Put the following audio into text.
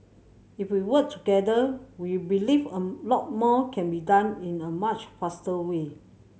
if we work together we believe a lot more can be done in a much faster way